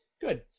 Good